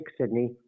Sydney